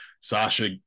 Sasha